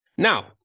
Now